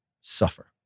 suffer